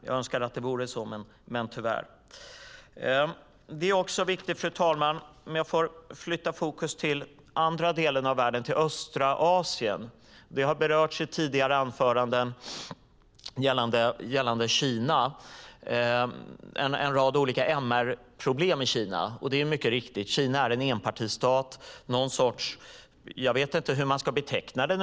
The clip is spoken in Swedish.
Jag önskar att det vore så, men tyvärr. Fru talman! Jag vill nu flytta fokus till en annan del av världen, till östra Asien. Det har i tidigare anföranden berörts en rad olika MR-problem i Kina, och Kina är mycket riktigt en enpartistat. Jag vet uppriktigt sagt inte hur man ska beteckna den.